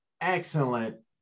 excellent